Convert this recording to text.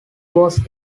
was